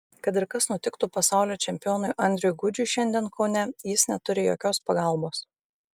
kad ir kas nutiktų pasaulio čempionui andriui gudžiui šiandien kaune jis neturi jokios pagalbos